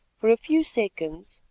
for a few seconds,